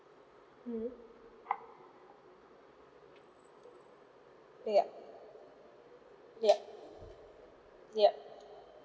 mm yup yup yup